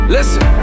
Listen